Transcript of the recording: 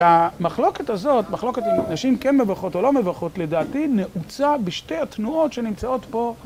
המחלוקת הזאת, מחלוקת אם נשים כן מברכות או לא מברכות לדעתי נעוצה בשתי התנועות שנמצאות פה.